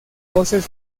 voces